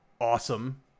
awesome